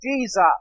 Jesus